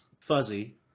fuzzy